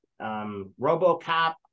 RoboCop